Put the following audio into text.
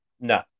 No